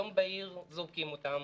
יום בהיר אחד זורקים אותם,